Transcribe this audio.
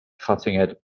cutting-edge